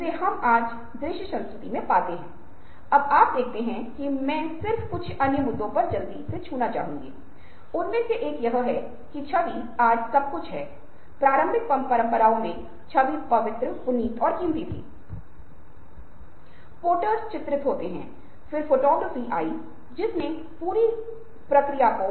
इसलिए अलग अलग शिक्षाएँ हैं या शिक्षण के तरीके हैं जिससे छात्रों को यह गहन समस्याएँ गहन सोच और समस्या हल करना सिखाया जा सकता है